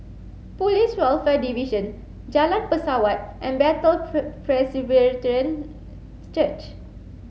Police Welfare Division Jalan Pesawat and Bethel Presbyterian Church